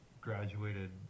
graduated